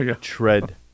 Tread